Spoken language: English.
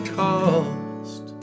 cost